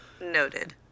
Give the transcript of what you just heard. Noted